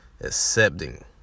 accepting